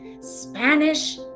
Spanish